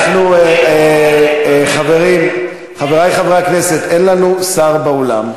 היה, חברים, חברי חברי הכנסת, אין לנו שר באולם,